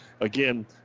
Again